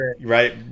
right